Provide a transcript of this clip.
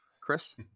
Chris